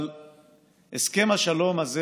אבל הסכם השלום הזה